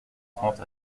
trente